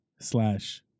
slash